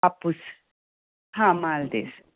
हापूस आं मालदीस